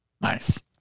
Nice